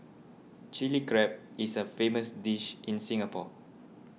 Chilli Crab is a famous dish in Singapore